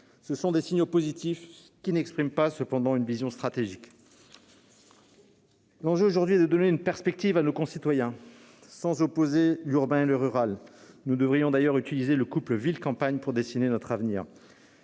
Ce sont des signaux positifs, qui n'expriment cependant pas une vision stratégique. L'enjeu, aujourd'hui, est de donner une perspective à nos concitoyens, sans opposer l'urbain et le rural- nous devrions d'ailleurs utiliser le couple ville-campagne pour dessiner notre avenir.